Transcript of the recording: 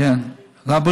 השר,